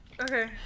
Okay